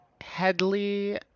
Headley